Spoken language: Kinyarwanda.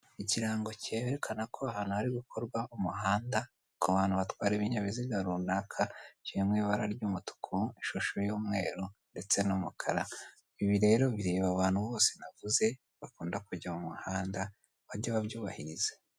Ikirango cyerekana ko ahantu hari gukorwa umuhanda ku bantu batwara ibinyabiziga runaka, kiri mu ibara ry'umutuku, ishusho y'umweru ndetse n'umukara. Ibi rero bireba abantu bose navuze bakunda kujya mu muhanda, bajye babyubahiriza.